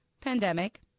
pandemic